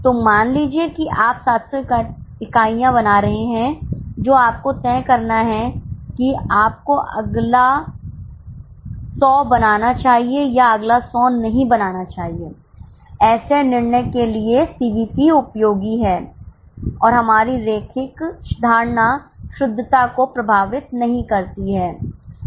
तो मान लीजिए कि आप 700 इकाइयाँ बना रहे हैं जो आपको तय करना है कि आपको अगला 100 बनाना चाहिए या अगला 100 नहीं बनाना चाहिए ऐसे निर्णय के लिए सीवीपी उपयोगी है और हमारी रैखिक धारणा शुद्धता को प्रभावित नहीं करती है